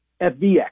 FVX